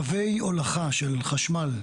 קווי הולכה של חשמל,